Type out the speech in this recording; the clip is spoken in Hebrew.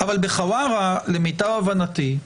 אבל בחווארה למיטב הבנתי,